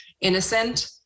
innocent